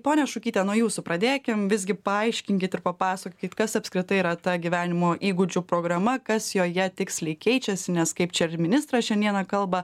ponia šukyte nuo jūsų pradėkim visgi paaiškinkit ir papasakokit kas apskritai yra ta gyvenimo įgūdžių programa kas joje tiksliai keičiasi nes kaip čia ir ministras šiandieną kalba